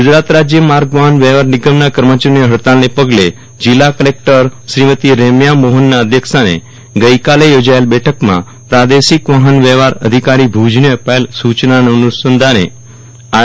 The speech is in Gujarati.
ગુજરાત રાજય માર્ગ વાફન વ્યવફાર નિગમના કર્મચારીઓની ફડતાલને પગલે આજે જિલ્લા કલેકટર શ્રીમતી રેમ્યા મોફનના અધ્યક્ષસ્થાને આજે યોજાયેલ બેઠકમાં પ્રાદેશિક વાફન વ્યવફાર અધિકારી ભુજને અપાયેલ સૂચનાના અનુસંધાને આર